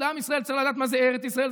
לעם ישראל צריך לדעת מה זה ארץ ישראל,